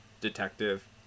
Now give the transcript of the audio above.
detective